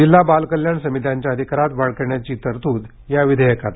जिल्हा बाल कल्याण समित्यांच्या अधिकारात वाढ करण्याची तरतूद या विधेयकात आहे